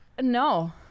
No